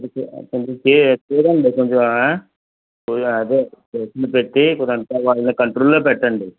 కొంచం చె చూడండి కొంచెం అదే ట్యూషన్ పెట్టి కొంచెం అంత వాడిని కంట్రోల్లో పెట్టండి